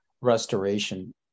restoration